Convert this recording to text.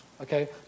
okay